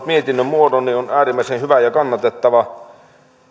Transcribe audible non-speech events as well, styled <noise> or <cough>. <unintelligible> mietinnön muodon on äärimmäisen hyvä ja kannatettava